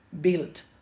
built